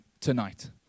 tonight